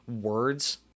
words